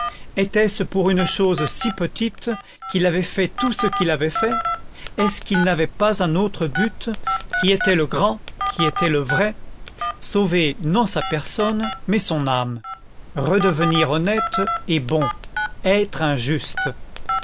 était-ce pour une chose si petite qu'il avait fait tout ce qu'il avait fait est-ce qu'il n'avait pas un autre but qui était le grand qui était le vrai sauver non sa personne mais son âme redevenir honnête et bon être